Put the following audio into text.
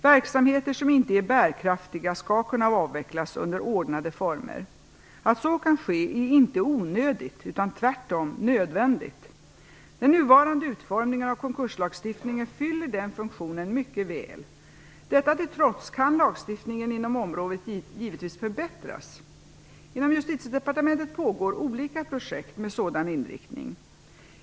Verksamheter som inte är bärkraftiga skall kunna avvecklas under ordnade former. Att så kan ske är inte "onödigt" utan tvärtom nödvändigt. Den nuvarande utformningen av konkurslagstiftningen fyller den funktionen mycket väl. Detta till trots kan lagstiftningen inom området givetvis förbättras. Inom Justitiedepartementet pågår olika projekt med sådan inriktning.